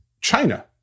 China